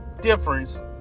Difference